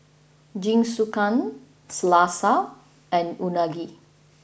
Jingisukan Salsa and Unagi